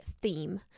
theme